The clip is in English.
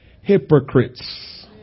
hypocrites